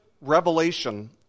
revelation